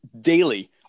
daily